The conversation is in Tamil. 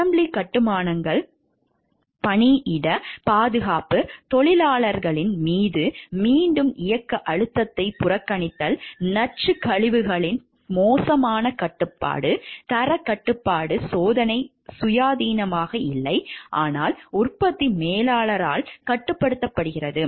அசெம்பிளி கட்டுமானங்கள் பணியிட பாதுகாப்பு தொழிலாளர்கள் மீது மீண்டும் மீண்டும் இயக்க அழுத்தத்தை புறக்கணித்தல் நச்சு கழிவுகளின் மோசமான கட்டுப்பாடு தரக்கட்டுப்பாட்டு சோதனை சுயாதீனமாக இல்லை ஆனால் உற்பத்தி மேலாளரால் கட்டுப்படுத்தப்படுகிறது